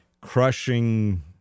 crushing